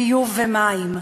ביוב ומים.